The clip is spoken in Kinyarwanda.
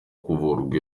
kuvurwa